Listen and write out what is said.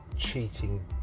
Cheating